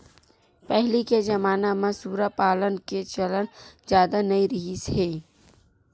पहिली के जमाना म सूरा पालन के चलन जादा नइ रिहिस हे